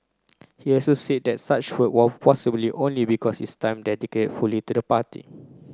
he also said that such work was possible only because is time dedicated fully to the party